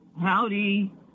Howdy